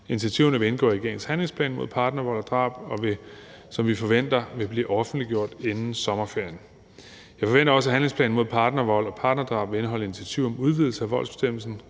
Initiativerne vil indgå i regeringens handlingsplan mod partnervold og -drab og vil, som vi forventer, blive offentliggjort inden sommerferien. Jeg forventer også, at handlingsplanen mod partnervold og partnerdrab vil indeholde initiativer om udvidelse af voldsbestemmelsen.